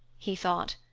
he thought.